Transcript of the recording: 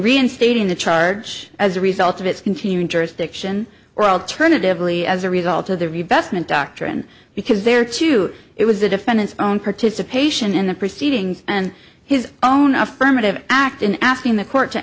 reinstating the charge as a result of its continuing jurisdiction or alternatively as a result of the read best and doctrine because there are two it was the defendant's own participation in the proceedings and his own affirmative act in asking the court to